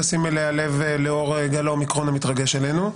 לב לאור גל האומיקרון המתרגש עלינו: